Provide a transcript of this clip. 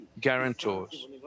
guarantors